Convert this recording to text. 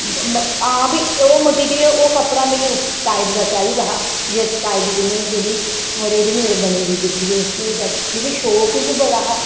हां भाई ओह् मटीरियल ओह् कपड़ा मिगी उस टाइप दा चाहिदा हा जिस टाइप दी में जेह्ड़ी रडीमेड बनी दी दिखदी ओह् जद मिगी शौक बी बड़ा हा